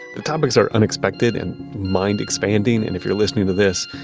the topics are unexpected and mind-expanding, and if you're listening to this,